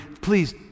please